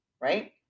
right